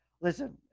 Listen